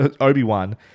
Obi-Wan